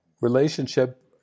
relationship